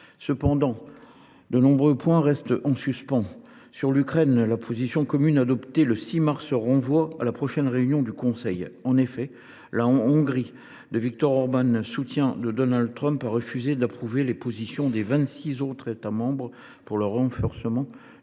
Cependant, de nombreux points restent en suspens. Sur l’Ukraine, la position commune adoptée le 6 mars renvoie à la « prochaine réunion » du Conseil européen. En effet, la Hongrie de Victor Orban, soutien de Donald Trump, a refusé d’approuver les positions des vingt six autres États membres en faveur du renforcement du soutien